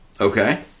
Okay